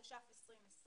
התש"ף-2020